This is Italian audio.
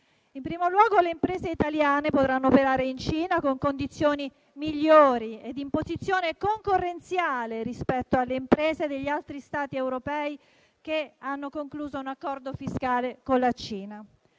In primo luogo, le imprese italiane potranno operare in Cina in condizioni migliori e in posizione concorrenziale rispetto alle imprese degli altri Stati europei che hanno concluso un accordo fiscale con la Cina.